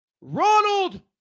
Ronald